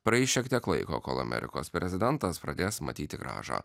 praeis šiek tiek laiko kol amerikos prezidentas pradės matyti grąžą